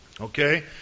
okay